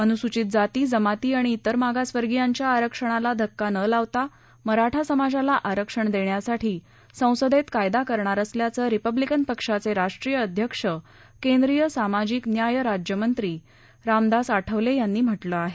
अनुसूचित जाती जमाती आणि तिर मागासवर्गीयांच्या आरक्षणाला धक्का न लावता मराठा समाजाला आरक्षण देण्यासाठी संसदेत कायदा करणार असल्याचं रिपब्लिकन पक्षाचे राष्ट्रीय अध्यक्ष केंद्रीय सामाजिक न्याय राज्यमंत्री रामदास आठवले यांनी म्हटलं आहे